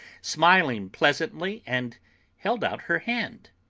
smiling pleasantly, and held out her hand.